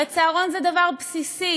הרי צהרון זה דבר בסיסי,